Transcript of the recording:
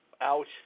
out